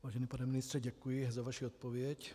Vážený pane ministře, děkuji za vaši odpověď.